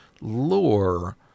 lore